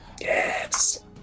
yes